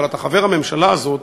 אבל אתה חבר הממשלה הזאת,